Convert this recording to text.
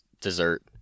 dessert